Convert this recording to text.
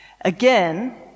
Again